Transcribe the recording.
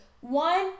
One